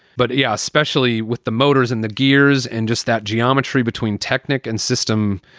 but yeah especially with the motors and the gears and just that geometry between technik and system,